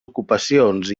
ocupacions